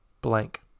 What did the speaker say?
blank